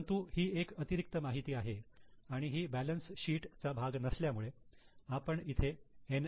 परंतु ही एक अतिरिक्त माहिती आहे आणि ही बॅलन्स शीट चा भाग नसल्यामुळे आपण इथे एन